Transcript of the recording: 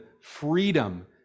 freedom